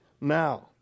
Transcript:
now